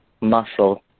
muscle